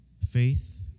faith